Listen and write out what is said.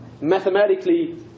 mathematically